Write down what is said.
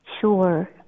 Sure